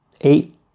eight